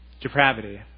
depravity